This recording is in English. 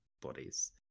bodies